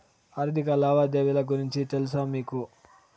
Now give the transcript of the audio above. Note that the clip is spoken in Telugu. ఆర్థిక లావాదేవీల గురించి తెలుసా మీకు